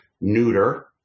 neuter